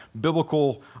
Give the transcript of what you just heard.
biblical